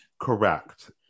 Correct